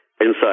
inside